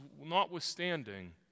notwithstanding